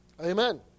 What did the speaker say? Amen